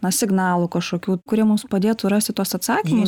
na signalų kažkokių kurie mums padėtų rasti tuos atsakymus